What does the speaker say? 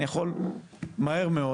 אני יכול מהר מאוד,